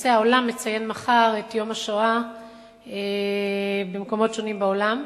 למעשה העולם מציין מחר את יום השואה במקומות שונים בעולם,